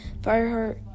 Fireheart